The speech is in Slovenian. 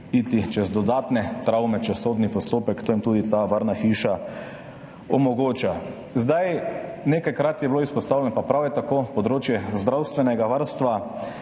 iti čez dodatne travme, čez sodni postopek. To jim tudi ta varna hiša omogoča. Nekajkrat je bilo izpostavljeno, pa prav je tako, področje zdravstvenega varstva